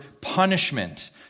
punishment